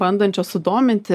bandančias sudominti